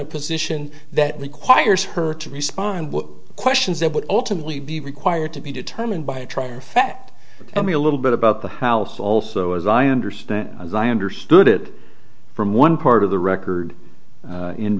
a position that requires her to respond with questions that would ultimately be required to be determined by a trial fact tell me a little bit about the house also as i understand as i understood it from one part of the record